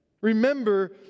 Remember